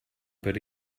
per